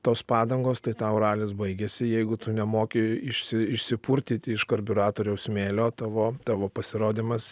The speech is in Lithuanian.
tos padangos tai tau ralis baigėsi jeigu tu nemoki išsi išsipurtyti iš karbiuratoriaus smėlio tavo tavo pasirodymas